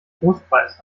trostpreis